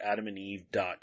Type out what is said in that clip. adamandeve.com